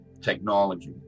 technology